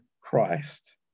Christ